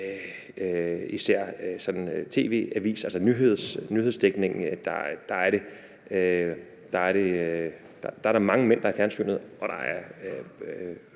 især nyhedsdækningen, mange mænd, der er i fjernsynet, og der er